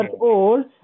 old